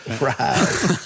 Right